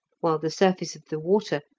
while the surface of the water,